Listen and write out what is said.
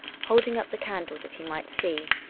holding up the candle that he might see.